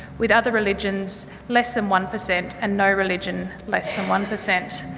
with other religions less than one per cent and no religions less than one per cent.